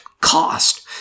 cost